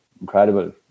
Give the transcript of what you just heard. incredible